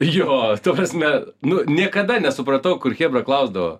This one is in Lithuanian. jo ta prasme nu niekada nesupratau kur chebra klausdavo